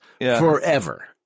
forever